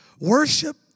Worship